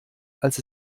als